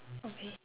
okay